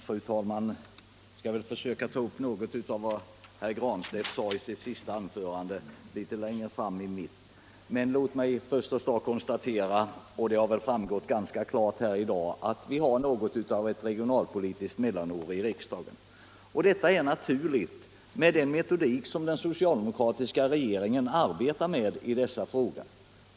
Fru talman! Jag skall litet längre fram i mitt inlägg försöka ta upp något av vad herr Granstedt sade i sitt senaste anförande. Låt mig emellertid först konstatera att vi har något av ett regionalpolitiskt mellanår i riksdagen. Det är naturligt med den metodik som den socialdemokratiska regeringen tillämpar i dessa frågor.